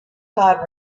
hard